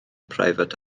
preifat